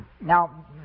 Now